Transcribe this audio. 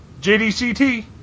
JDCT